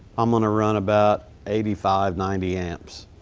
i'm going to run about eighty-five, ninety amps.